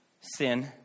sin